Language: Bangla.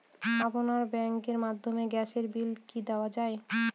আপনার ব্যাংকের মাধ্যমে গ্যাসের বিল কি দেওয়া য়ায়?